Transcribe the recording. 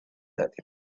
that